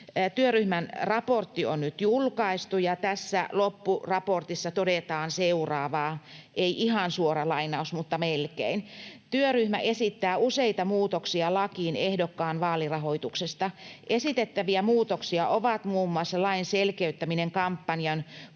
Työryhmän raportti on nyt julkaistu, ja tässä loppuraportissa todetaan seuraavaa. Ei ihan suora lainaus, mutta melkein: Työryhmä esittää useita muutoksia lakiin ehdokkaan vaalirahoituksesta. Esitettäviä muutoksia ovat muun muassa lain selkeyttäminen kampanjan kulut